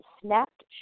snapped